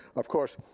of course,